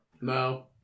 No